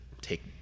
take